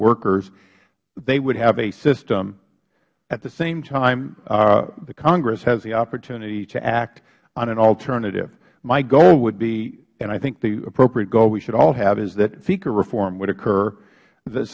workers they would have a system at the same time the congress has the opportunity to act on an alternative my goal would be and i think the appropriate goal we should all have is that feca reform would occur